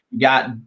got